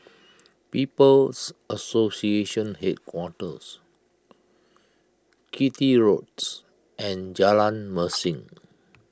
People's Association Headquarters Chitty Roads and Jalan Mesin